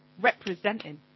Representing